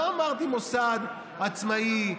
לא אמרתי מוסד עצמאי,